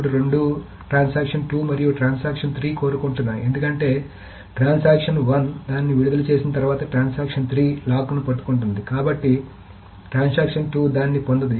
ఇప్పుడు రెండూ ట్రాన్సాక్షన్ 2 మరియు ట్రాన్సాక్షన్ 3 కోరుకుంటున్నాయి ఎందుకంటే ట్రాన్సాక్షన్ 1 దానిని విడుదల చేసిన తర్వాత ట్రాన్సాక్షన్ 3 లాక్ను పట్టుకుంటుంది ట్రాన్సాక్షన్ 2 దాన్ని పొందదు